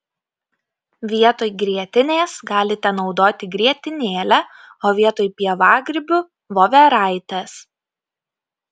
vietoj grietinės galite naudoti grietinėlę o vietoj pievagrybių voveraites